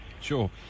Sure